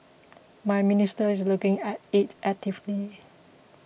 my minister is looking at it actively